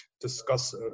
discuss